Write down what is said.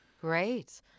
Great